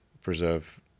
preserve